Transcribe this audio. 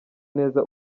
neza